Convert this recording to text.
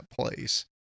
place